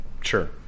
Sure